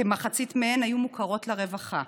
כמחצית מהן היו מוכרות לרווחה.